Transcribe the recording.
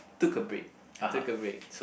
took a break I took a break